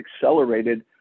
accelerated